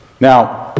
Now